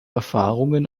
erfahrungen